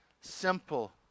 simple